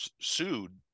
sued